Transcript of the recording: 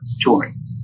touring